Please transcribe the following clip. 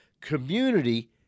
community